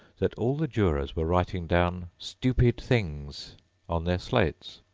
that all the jurors were writing down stupid things on their slates,